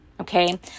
okay